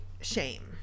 shame